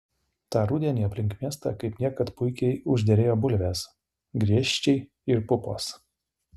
tą rudenį aplink miestą kaip niekad puikiai užderėjo bulvės griežčiai ir pupos